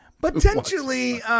potentially